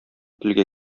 телгә